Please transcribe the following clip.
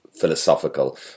philosophical